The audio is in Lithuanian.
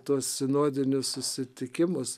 tuos sinodinius susitikimus